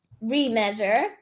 re-measure